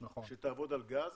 שתעבוד על גז,